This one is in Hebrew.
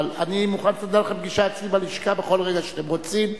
אבל אני מוכן לסדר לכם פגישה אצלי בלשכה בכל רגע שאתם רוצים.